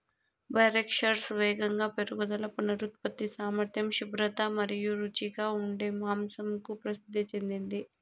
Berkshires వేగంగా పెరుగుదల, పునరుత్పత్తి సామర్థ్యం, శుభ్రత మరియు రుచిగా ఉండే మాంసంకు ప్రసిద్ధి చెందింది